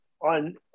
on